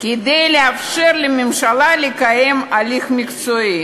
כדי לאפשר לממשלה לקיים הליך מקצועי.